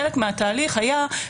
חלק מהתהליך היה,